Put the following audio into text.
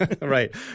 Right